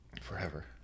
Forever